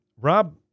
Rob